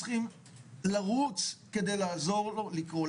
אנחנו צריכים לרוץ כדי לעזור לו לקרוא,